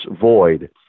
void